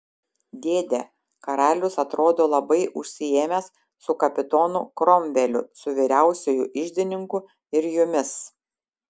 dėde karalius atrodo labai užsiėmęs su kapitonu kromveliu su vyriausiuoju iždininku ir jumis